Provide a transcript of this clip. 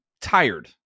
tired